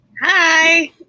Hi